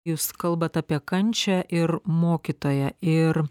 jūs kalbat apie kančią ir mokytoją ir